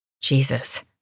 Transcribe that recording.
Jesus